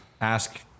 ask